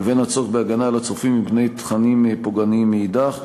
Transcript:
לבין הצורך בהגנה על הצופים מפני תכנים פוגעניים מאידך גיסא.